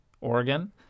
Oregon